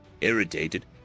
Irritated